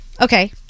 Okay